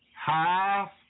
Half